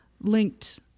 linked